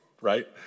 Right